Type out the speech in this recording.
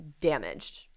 damaged